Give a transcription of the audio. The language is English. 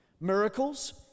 Miracles